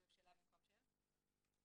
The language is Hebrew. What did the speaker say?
השינוי הבא הוא בהגדרת פרט אימות.